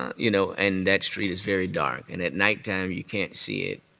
you know, and that street is very dark, and at nighttime you can't see it,